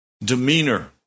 demeanor